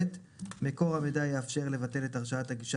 מקור המידע יאפשר לבטל את הרשאת הגישה